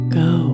go